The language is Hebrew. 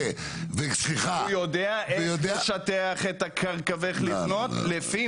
ויודע --- והוא יודע איך לשטח את הקרקע ואיך לבנות לפי